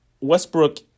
Westbrook